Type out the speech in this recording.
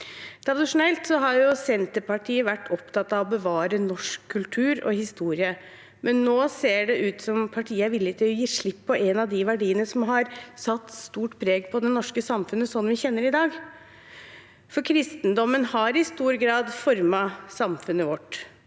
Tradisjonelt har Senterpartiet vært opptatt av å bevare norsk kultur og historie, men nå ser det ut som om partiet er villig til å gi slipp på en av de verdiene som har satt sterkt preg på det norske samfunnet slik vi kjenner det i dag. Kristendommen har i stor grad formet samfunnet vårt.